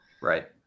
Right